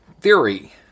theory